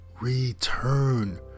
Return